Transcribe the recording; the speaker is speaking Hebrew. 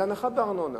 להנחה בארנונה